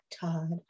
Todd